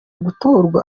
gutorwa